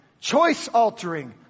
choice-altering